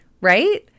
right